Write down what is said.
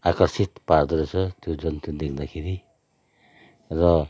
आकर्षित पार्दो रहेछ त्यो जन्तु देख्दाखेरि र